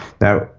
Now